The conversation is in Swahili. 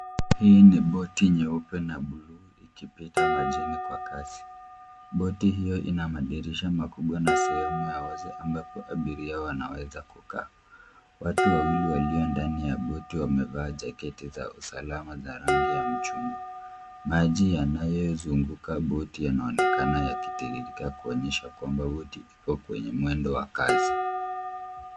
Hii ni boti nyeupe na buluu ikipita majini kwa kasi. Boti hiyo ina madirisha makubwa na sehemu ya wazi ambapo abiria wanaweza kukaa. Watu wawili walio ndani ya boti wamevaa jaketi za usalama za rangi ya mchungwa. Maji yanayo zunguka boti yanaonekana yakitiririka kuonyesha kwamba boti iko kwenye mwendo wa kazi.